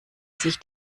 sich